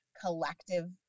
collective